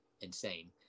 insane